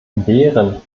wären